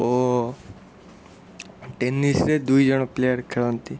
ଓ tennis ରେ ଦୁଇଜଣ player ଖେଳନ୍ତି